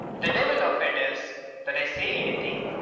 the devil of it is that i say anything.